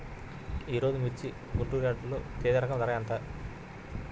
ఈరోజు మిర్చి గుంటూరు యార్డులో తేజ రకం ధర ఎంత?